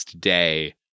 day